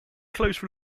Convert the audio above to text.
close